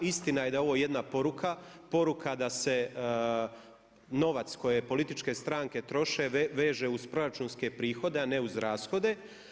Istina je da je ovo jedna poruka, poruka da se novac koje političke stranke troše veže uz proračunske prihode, a ne uz rashode.